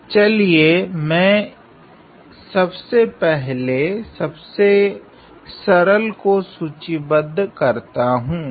तो चलिये मैं सब से पहले सब से सरल को सूचीबध्द करता हूँ